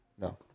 No